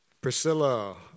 Priscilla